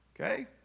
Okay